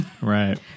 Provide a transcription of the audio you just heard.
right